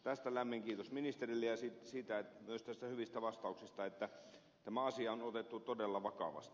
tästä lämmin kiitos ministerille ja myös hyvistä vastauksista siitä että tämä asia on otettu todella vakavasti